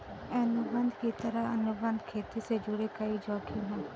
अनुबंध की तरह, अनुबंध खेती से जुड़े कई जोखिम है